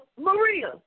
Maria